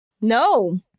No